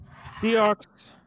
Seahawks